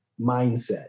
mindset